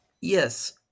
Yes